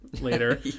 later